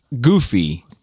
goofy